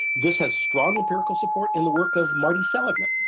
this has strong empirical support in the work of marty seligman,